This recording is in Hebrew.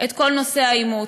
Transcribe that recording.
את כל נושא האימוץ,